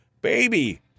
Baby